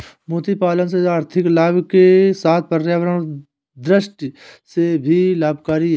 मोती पालन से आर्थिक लाभ के साथ पर्यावरण दृष्टि से भी लाभकरी है